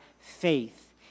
faith